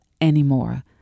anymore